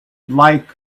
like